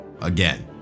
Again